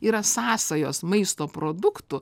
yra sąsajos maisto produktų